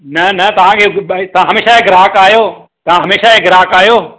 न न तव्हांखे ॿई हमेशह जा ग्राहक आहियो तव्हां हमेशह जा ग्राहक आहियो